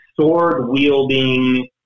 sword-wielding